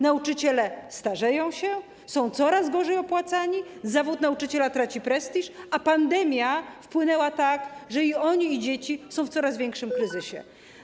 Nauczyciele starzeją się, są coraz gorzej opłacani, zawód nauczyciela traci prestiż, a pandemia wpłynęła na nich tak, że i oni, i dzieci są w coraz większym kryzysie.